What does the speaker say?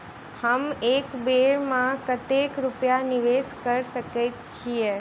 हम एक बेर मे कतेक रूपया निवेश कऽ सकैत छीयै?